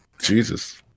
Jesus